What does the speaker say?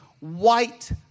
White